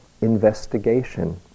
investigation